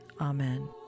Amen